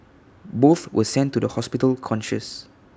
both were sent to the hospital conscious